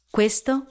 Questo